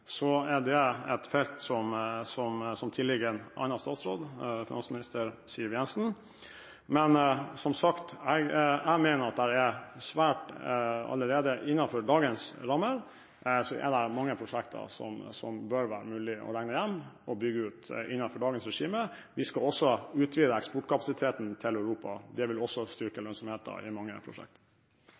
er det et felt som tilligger en annen statsråd, finansminister Siv Jensen. Men som sagt: Jeg mener at det allerede innenfor dagens regime er mange prosjekter som det bør være mulig å bygge ut. Vi skal også utvide eksportkapasiteten til Europa. Det vil også styrke lønnsomheten i mange